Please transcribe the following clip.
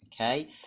Okay